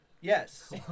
Yes